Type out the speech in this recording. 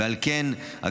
ועל כן,